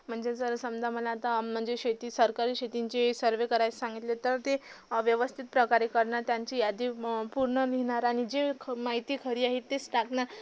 म्हणजे जर समजा मला आता म्हणजे शेती सरकारी शेतींची सर्वे करायास सांगितले तर ते व्यवस्थित प्रकारे करणार त्यांची यादी म पूर्ण लिहिणार आणि जे ख् माहिती खरी आहे तेच टाकणार